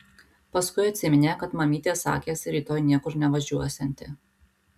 paskui atsiminė kad mamytė sakėsi rytoj niekur nevažiuosianti